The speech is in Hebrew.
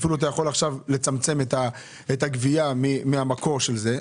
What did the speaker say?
אפילו אתה יכול עכשיו לצמצם את הגבייה מהמקור של זה.